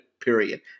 Period